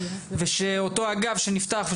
ושאותו אגף שנפתח,